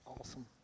awesome